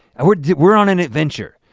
and we're we're on an adventure.